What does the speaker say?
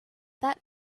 that